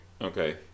Okay